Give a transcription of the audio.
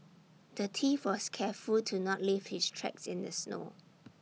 the thief was careful to not leave his tracks in the snow